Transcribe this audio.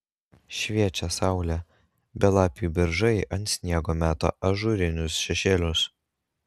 šviečia saulė belapiai beržai ant sniego meta ažūrinius šešėlius